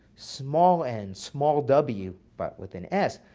small n, small w, but with an s,